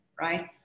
right